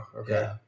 okay